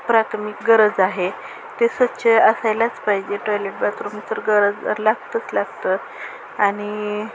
प्राथमिक गरज आहे ते स्वच्छ हे असायलाच पाहिजे टॉयलेट बाथरूम तर गरज लागतंच लागतं आणि